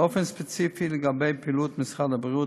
באופן ספציפי לגבי פעילות משרד הבריאות